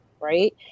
Right